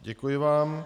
Děkuji vám.